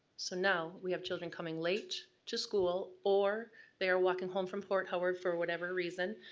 so now we have children coming late to school, or they are walking home from fort howard for whatever reason.